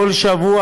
כל שבוע,